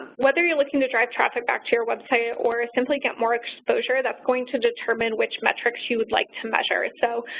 whether you're looking to drive traffic back to your website or simply get more exposure, that's going to determine which metrics you would like to measure. so,